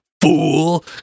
fool